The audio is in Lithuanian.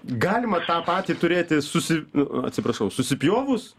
galima tą patį turėti susi atsiprašau susipjovus